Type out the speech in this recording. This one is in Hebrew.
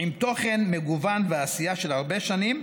עם תוכן מגוון ועשייה של הרבה שנים".